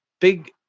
big